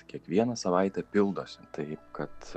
kiekvieną savaitę pildosi tai kad